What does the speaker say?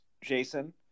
Jason